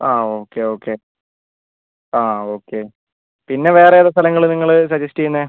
ആ okay okay ആ okay പിന്നെ വേറേതു സ്ഥലങ്ങളാണ് നിങ്ങൾ സജസ്റ്റ് ചെയ്യുന്നത്